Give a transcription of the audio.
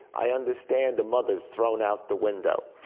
i understand the mother's thrown out the window.